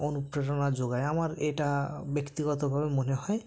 অনুপ্রেরণা যোগায় আমার এটা ব্যক্তিগতভাবে মনে হয়